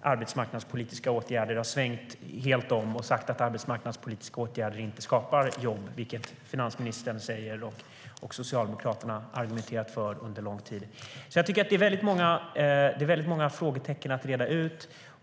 arbetsmarknadspolitiska åtgärder inte skapar jobb, vilket finansministern säger och Socialdemokraterna har argumenterat för under lång tid. Det är väldigt många frågetecken att reda ut.